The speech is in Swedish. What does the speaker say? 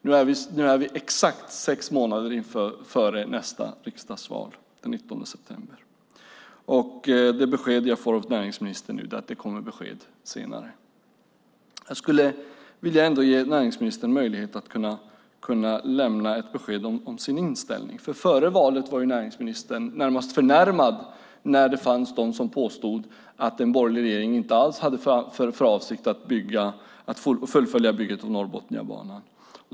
Nu är det exakt sex månader till nästa riksdagsval den 19 september, och det besked jag får av näringsministern är att det kommer besked senare. Jag skulle ändå vilja ge näringsministern möjlighet att lämna ett besked om sin inställning. Före valet var näringsministern närmast förnärmad när det fanns de som påstod att en borgerlig regering inte alls hade för avsikt att fullfölja bygget av Norrbotniabanan.